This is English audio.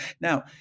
Now